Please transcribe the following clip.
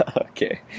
okay